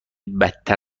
بدتر